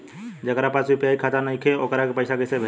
जेकरा पास यू.पी.आई खाता नाईखे वोकरा के पईसा कईसे भेजब?